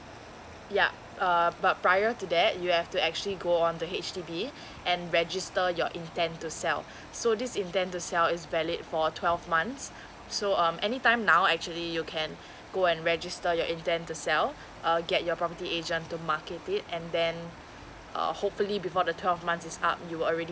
yeah uh but prior to that you have to actually go on the H_D_B and register your intent to sell so this intent to sell is valid for twelve months so um any time now actually you can go and register your intent to sell uh get your property agent to market it and then uh hopefully before the twelve months is up you already